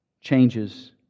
changes